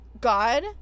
God